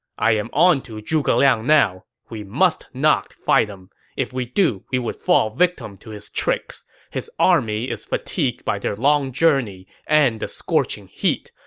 i am on to zhuge liang now. we must not fight him if we do we would fall victim to his tricks. his army is fatigued by their long journey and the scorching heat.